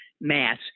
mass